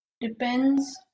depends